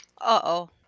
Uh-oh